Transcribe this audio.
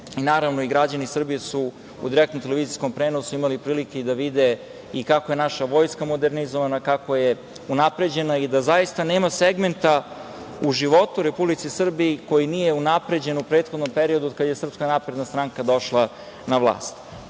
Naravno, građani Srbije su u direktnom televizijskom prenosu imali prilike da vide i kako je naša vojska modernizovana, kako je unapređena i da zaista nema segmenta u životu, Republici Srbiji koji nije unapređen u prethodnom periodu otkad je SNS došla na vlast. Kao